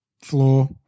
floor